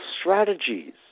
strategies